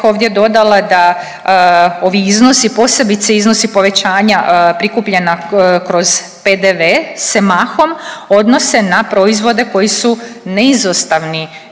ovdje dodala da ovi iznosi, posebice iznosi povećanja prikupljena kroz PDV-e se mahom odnose na proizvode koji su neizostavni